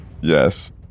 Yes